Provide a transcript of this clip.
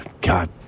God